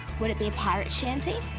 would it be pirate shanty?